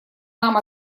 нам